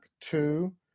two